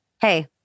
Hey